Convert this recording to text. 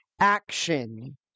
action